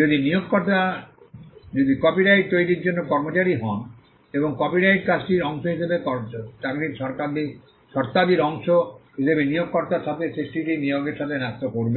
যদি নিয়োগকর্তা নিয়োগকর্তা যদি কপিরাইট তৈরির জন্য কর্মচারী হন এবং কপিরাইটযুক্ত কাজটির অংশ হিসাবে চাকরীর শর্তাদির অংশ হিসাবে নিয়োগকর্তার সাথে সৃষ্টিটি নিয়োগকের সাথে ন্যস্ত করবে